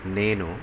నేను